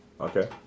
Okay